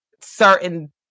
certain